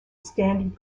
standard